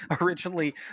originally